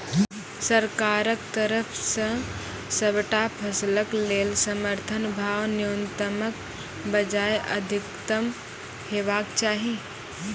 सरकारक तरफ सॅ सबटा फसलक लेल समर्थन भाव न्यूनतमक बजाय अधिकतम हेवाक चाही?